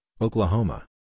Oklahoma